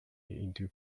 into